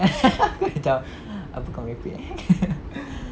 macam apa kau merepek eh